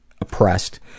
oppressed